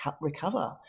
recover